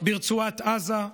ברצועת עזה,